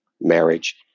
marriage